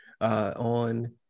on